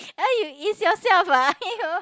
!aiyo! it's yourself ah !aiyo!